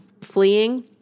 fleeing